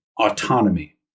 autonomy